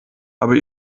aber